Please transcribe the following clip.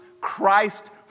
Christ